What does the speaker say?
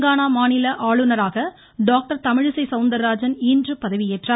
தெலுங்கானா மாநில ஆளுநராக டாக்டர் தமிழிசை சவுந்தராஜன் இன்று பதவியேற்றார்